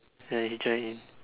ya you join in